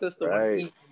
right